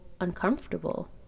uncomfortable